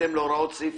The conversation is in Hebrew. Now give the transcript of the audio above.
בהתאם להוראות סעיף